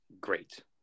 great